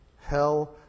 Hell